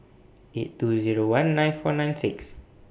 eight two Zero one nine four nine six